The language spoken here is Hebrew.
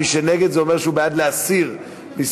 מי שנגד, זה אומר שהוא בעד להסיר מסדר-היום.